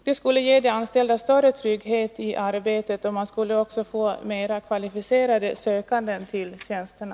Det skulle ge de anställda större trygghet i arbetet, och man skulle också få mera kvalificerade sökande till tjänsterna.